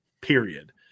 period